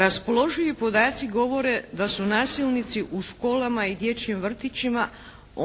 Raspoloživi podaci govore da su nasilnici u školama i dječjim vrtićima